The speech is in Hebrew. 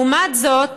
לעומת זאת,